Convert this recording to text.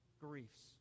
griefs